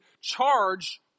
charge